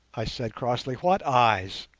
i said, crossly what eyes